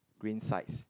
green sides